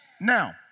Now